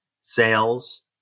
sales